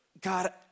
God